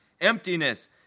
emptiness